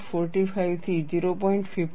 45 થી 0